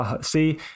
See